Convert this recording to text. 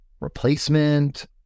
replacement